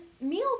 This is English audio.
Meal